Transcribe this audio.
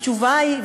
התשובה היא,